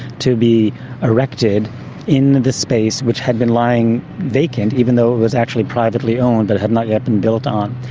to be erected in the space which had been lying vacant even though it was actually privately owned, but had not yet been built on.